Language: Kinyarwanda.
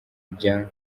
bya